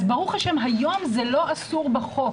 אז ברוך השם היום זה לא אסור בחוק,